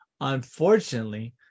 unfortunately